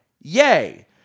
Yay